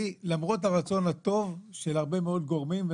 למרות הרצון הטוב של הרבה מאוד גורמים,